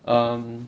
um